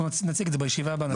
אנחנו נציג לכם את זה בישיבה הבאה.